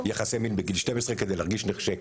יחסי מין בגיל 12 כדי להרגיש נחשקת.